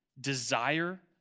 desire